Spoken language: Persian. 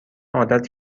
عادت